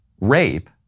rape